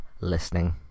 listening